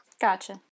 Gotcha